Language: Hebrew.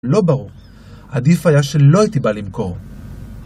לא ברור. עדיף היה שלא הייתי בא למכור.